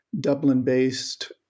Dublin-based